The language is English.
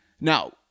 Now